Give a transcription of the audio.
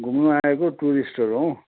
घुम्नु आएको टुरिस्टहरू हौँ